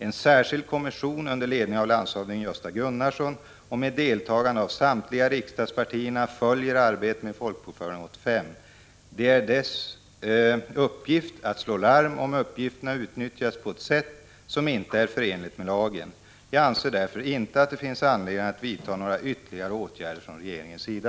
En särskild kommission under ledning av landshövding Gösta Gunnarsson och med deltagande av samtliga riksdagspartier följer arbetet med FoB 85. Det är dess uppgift att slå larm, om uppgifterna utnyttjas på ett sätt som inte är förenligt med lagen. Jag anser därför inte att det finns anledning att vidta några ytterligare åtgärder från regeringens sida.